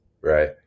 Right